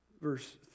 verse